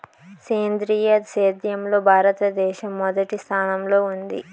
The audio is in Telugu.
సేంద్రీయ సేద్యంలో భారతదేశం మొదటి స్థానంలో ఉంది